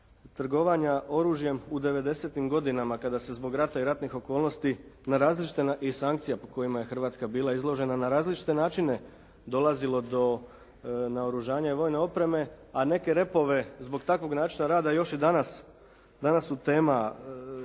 na različite … /Govornik se ne razumije./ … i sankcija po kojima je Hrvatska bila izložena na različite načine dolazilo do naoružanja i vojne opreme, a neke repove zbog takvog načina rada još i danas su tema